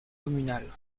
communale